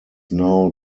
now